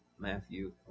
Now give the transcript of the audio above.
Matthew